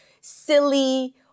silly